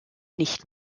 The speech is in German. nicht